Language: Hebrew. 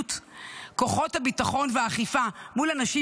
בהתמודדות כוחות הביטחון והאכיפה מול אנשים